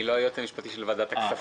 אני לא היועץ המשפטי של ועדת הכספים.